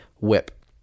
whip